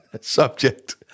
subject